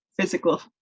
physical